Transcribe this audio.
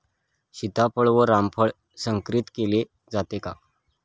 सीताफळ व रामफळ संकरित केले जाते का?